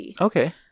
Okay